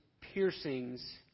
piercings